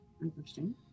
Interesting